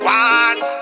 one